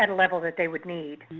and level that they would need.